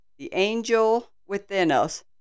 theangelwithinus